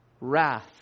wrath